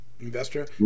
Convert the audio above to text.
investor